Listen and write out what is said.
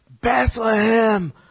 Bethlehem